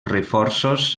reforços